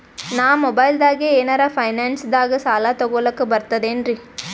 ನಾ ಮೊಬೈಲ್ದಾಗೆ ಏನರ ಫೈನಾನ್ಸದಾಗ ಸಾಲ ತೊಗೊಲಕ ಬರ್ತದೇನ್ರಿ?